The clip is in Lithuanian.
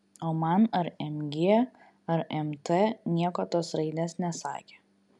o man ar mg ar mt nieko tos raidės nesakė